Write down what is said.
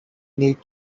need